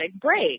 break